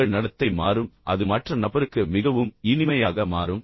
உங்கள் நடத்தை மாறும் அது மற்ற நபருக்கு மிகவும் இனிமையாக மாறும்